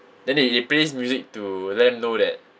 then they they play this music to let them know that